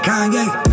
Kanye